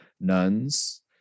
nuns